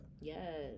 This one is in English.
Yes